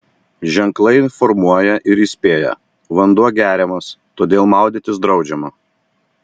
ženklai informuoja ir įspėja vanduo geriamas todėl maudytis draudžiama